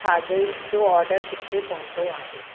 खाधे जो ऑडर किथे पहुतो आहे